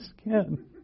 skin